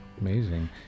Amazing